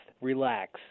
relax